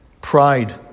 Pride